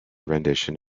rendition